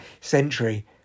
century